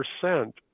percent